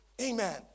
Amen